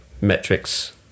metrics